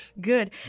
Good